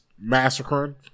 massacring